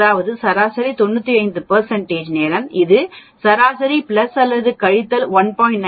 அதாவது சராசரி 95 நேரம் இந்த சராசரி பிளஸ் அல்லது கழித்தல் 1